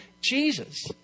Jesus